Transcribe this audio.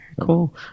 cool